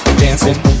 dancing